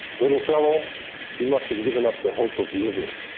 little fellow he must have given up the hope of living